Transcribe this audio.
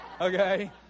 okay